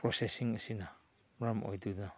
processing ꯑꯁꯤꯅ ꯃꯔꯝ ꯑꯣꯏꯗꯨꯅ